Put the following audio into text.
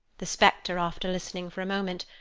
the spectre, after listening for a moment,